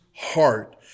Heart